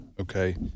okay